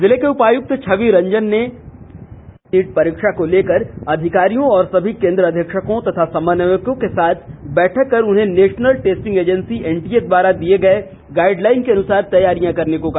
जिले के उपायुक्त छवि रंजन ने नीट परीक्षा को लेकर अधिकारियों और सभी केंद्र अधीक्षकों तथा समन्वयकों के साथ बैठक कर उन्हें नेशनल टेस्टिंग एजेंसी एनटीए द्वारा दिए गए गाइडलाइन के अनुसार तैयारियां करने को कहा